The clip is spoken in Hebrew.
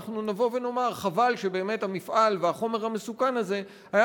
אנחנו נבוא ונאמר: חבל שבאמת המפעל והחומר המסוכן הזה היה